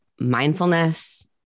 mindfulness